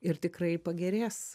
ir tikrai pagerės